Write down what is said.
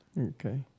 Okay